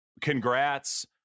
congrats